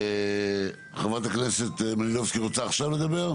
חברת הכנסת מלינובסקי, רוצה עכשיו לדבר?